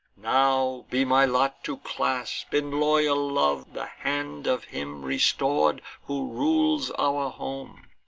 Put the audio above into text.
now be my lot to clasp, in loyal love, the hand of him restored, who rules our home